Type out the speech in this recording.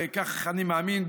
ככה אני מאמין,